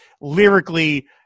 lyrically